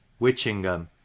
Witchingham